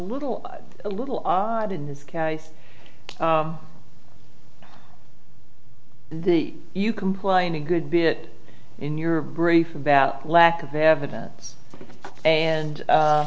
little a little odd in this case the you complaining a good bit in your brief about lack of evidence and